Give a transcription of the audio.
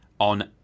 On